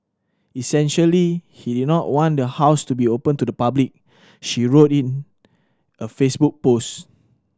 essentially he did not want the house to be open to the public she wrote in a Facebook post